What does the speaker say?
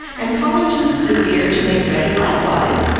and calling to his vizir to make ready likewise,